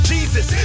Jesus